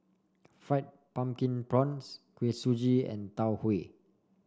Fried Pumpkin Prawns Kuih Suji and Tau Huay